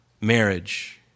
Marriage